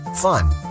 fun